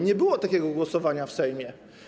Nie było takiego głosowania w Sejmie.